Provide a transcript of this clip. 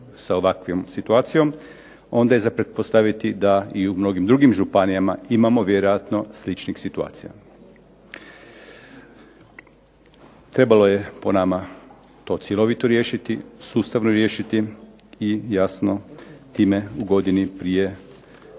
sa ovakvom situacijom, onda je za pretpostaviti da i u mnogim drugim županijama imamo vjerojatno sličnih situacija. Trebalo je po nama to cjelovito riješiti, sustavno riješiti i jasno time u godini prije